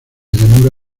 llanura